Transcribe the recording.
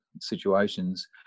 situations